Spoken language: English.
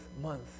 month